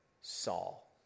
Saul